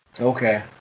Okay